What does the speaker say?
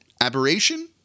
aberration